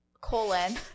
colon